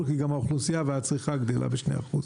כי גם האוכלוסייה והצריכה גדלה ב-2%.